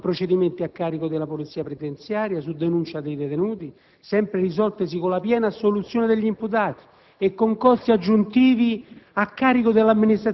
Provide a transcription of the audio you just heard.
Sono stati svolti procedimenti a carico della Polizia penitenziaria su denuncia dei detenuti, sempre risoltisi con la piena assoluzione degli imputati, con costi aggiuntivi